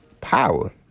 power